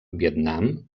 vietnam